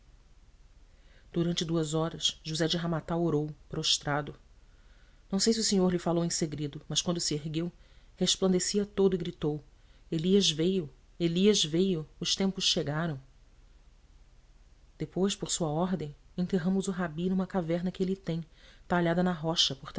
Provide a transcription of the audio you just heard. durante duas horas josé de ramata orou prostrado não sei se o senhor lhe falou em segredo mas quando se ergueu resplandecia todo e gritou elias veio elias veio os tempos chegaram depois por sua ordem enterramos o rabi numa caverna que ele tem talhada na rocha por